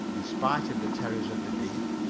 in spite of the terrors of the deep,